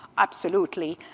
absolutely,